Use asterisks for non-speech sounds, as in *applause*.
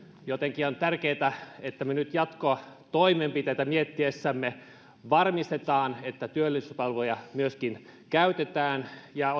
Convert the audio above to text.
joten on tärkeätä että me nyt jatkotoimenpiteitä miettiessämme varmistamme että työllisyyspalveluja myöskin käytetään ja *unintelligible*